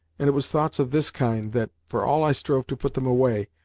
and it was thoughts of this kind that, for all i strove to put them away,